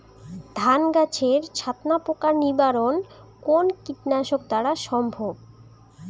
ধান গাছের ছাতনা পোকার নিবারণ কোন কীটনাশক দ্বারা সম্ভব?